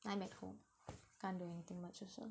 I'm at home can't do anything much also